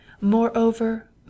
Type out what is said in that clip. Moreover